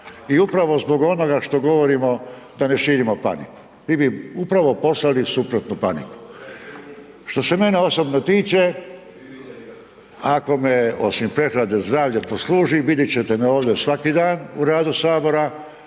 i upravo zbog onoga što govorimo da ne širimo paniku, mi bi upravo poslali suprotno, paniku. Što se mene osobno tiče, ako me osim prehlade zdravlje posluži, vidit ćete me ovdje svaki dan u radu sabora,